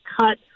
cut